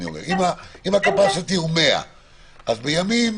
אז בימים